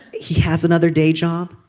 he has another day job.